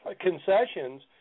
concessions